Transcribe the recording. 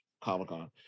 Comic-Con